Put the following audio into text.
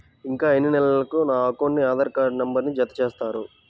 ఇంకా ఎన్ని నెలలక నా అకౌంట్కు ఆధార్ నంబర్ను జత చేస్తారు?